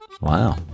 Wow